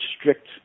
strict